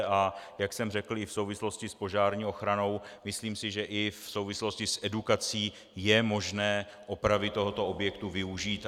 A jak jsem řekl i v souvislosti s požární ochranou, myslím si, že i v souvislosti s edukací je možné opravy tohoto objektu využít.